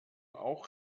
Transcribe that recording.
auch